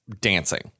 dancing